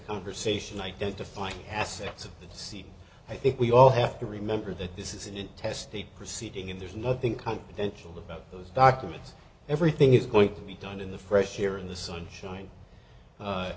conversation identifying assets of the cd i think we all have to remember that this is intestate proceeding and there's nothing confidential about those documents everything is going to be done in the fresh air in the sunshine